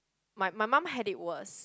my my mum had it worse